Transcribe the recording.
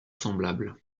semblables